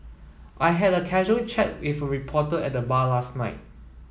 I had a casual chat with reporter at bar last night